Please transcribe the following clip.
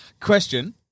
Question